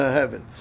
heaven